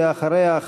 ואחריה,